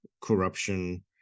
Corruption